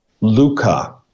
Luca